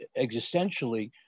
existentially